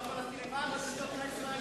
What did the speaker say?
מה עם השלטון הישראלי?